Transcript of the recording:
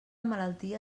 malaltia